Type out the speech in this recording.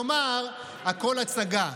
כלומר הכול הצגה.